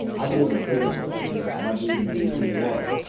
i believe in creating culture and i believe in being who you are.